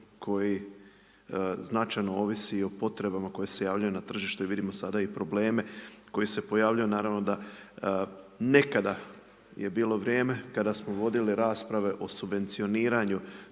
koji značajno ovisi i o potrebama koje se javljaju na tržištu i vidimo sada i probleme koji se pojavljuju. Naravno da nekada je bilo vrijeme kada smo vodili rasprave o subvencioniranju